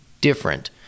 different